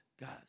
guys